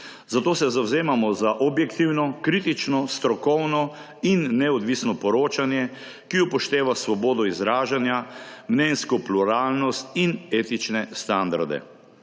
Zato se zavzemamo za objektivno, kritično, strokovno in neodvisno poročanje, ki upošteva svobodo izražanja, mnenjsko pluralnost in etične standarde.